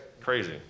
crazy